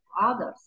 others